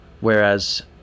whereas